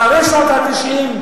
אחרי שנות ה-90,